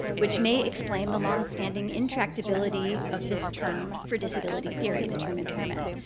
which may explain the longstanding intractability of this term for disability theory the term impairment.